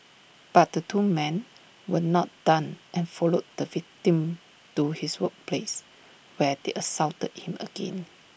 but the two men were not done and followed the victim to his workplace where they assaulted him again